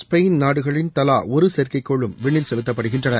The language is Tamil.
ஸ்பெயின் நாடுகளின் தவா ஒரு செயற்கைக்கோளும் விண்ணில் செலுத்தப்படுகின்றன